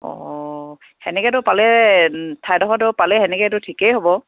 অঁ তেনেকৈতো পালে ঠাইডোখৰটো পালে তেনেকৈতো ঠিকেই হ'ব